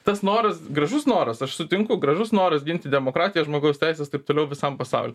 tas noras gražus noras aš sutinku gražus noras ginti demokratiją žmogaus teises taip toliau visam pasauliui